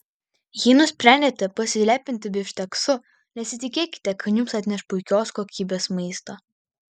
jei nusprendėte pasilepinti bifšteksu nesitikėkite kad jums atneš puikios kokybės maistą